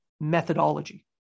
methodology